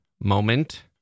moment